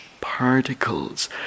particles